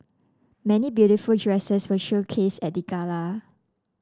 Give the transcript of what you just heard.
many beautiful dresses were showcased at the gala